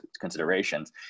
considerations